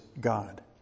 God